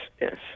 yes